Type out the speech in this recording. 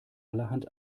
allerhand